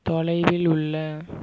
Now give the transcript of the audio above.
தொலைவில் உள்ள